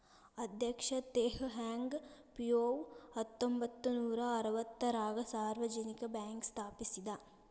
ಅಧ್ಯಕ್ಷ Teh Hong Piow ಹತ್ತೊಂಬತ್ ನೂರಾ ಅರವತ್ತಾರಗ ಸಾರ್ವಜನಿಕ ಬ್ಯಾಂಕ್ ಸ್ಥಾಪಿಸಿದ